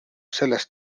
sellest